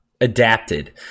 adapted